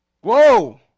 Whoa